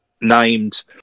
named